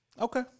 Okay